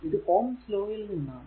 ഇത് Ohm's law യിൽ നിന്നാണ്